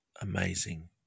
amazing